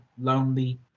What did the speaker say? lonely